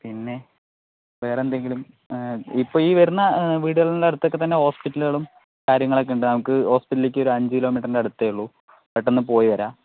പിന്നെ വേറെ എന്തെങ്കിലും ഇപ്പോൾ ഈ വരുന്ന വീടുകളിൻ്റെ അടുത്തൊക്കെ തന്നെ ഹോസ്പിറ്റലുകളും കാര്യങ്ങളൊക്കെ ഉണ്ട് നമുക്ക് ഹോസ്പിറ്റലിലേക്ക് ഒരു അഞ്ച് കിലോമീറ്ററിൻ്റെ അടുത്തേ ഉള്ളു പെട്ടെന്ന് പോയി വരാം